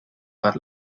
per